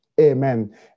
amen